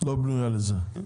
לא בנויה לזה.